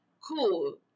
cool